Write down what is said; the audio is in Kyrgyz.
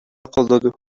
колдоду